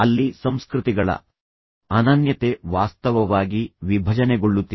ಅಲ್ಲಿ ಸಂಸ್ಕೃತಿಗಳ ಅನನ್ಯತೆ ವಾಸ್ತವವಾಗಿ ವಿಭಜನೆಗೊಳ್ಳುತ್ತಿದೆ